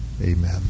Amen